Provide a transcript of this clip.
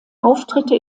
auftritte